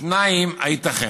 2. הייתכן?